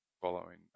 following